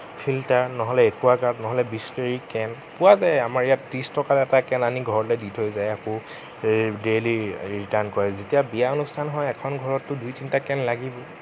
filter নহ'লে Aquaguard নহ'লে Bisleri can পোৱা যায় আমাৰ ইয়াত ত্ৰিশ টকাত এটা কেন আনি ঘৰলৈ দি থৈ যায় আকৌ ডেইলী ৰিটাৰ্ণ কৰে যেতিয়া বিয়া অনুস্থান হয় এখন ঘৰততো দুই তিনিটা কেন লাগিবই